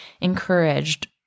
encouraged